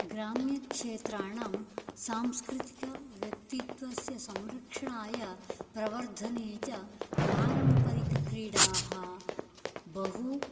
ग्राम्यक्षेत्राणां सांस्कृतिकव्यक्तित्वस्य संरक्षणाय प्रवर्धने च पारम्परिकक्रीडाः बहु